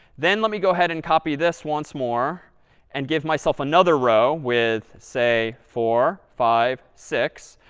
then let me go ahead and copy this once more and give myself another row with, say, four, five, six,